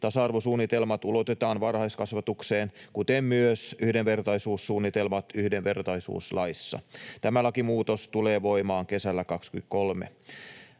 Tasa-arvosuunnitelmat ulotetaan varhaiskasvatukseen, kuten myös yhdenvertaisuussuunnitelmat yhdenvertaisuuslaissa. Tämä lakimuutos tulee voimaan kesällä 23.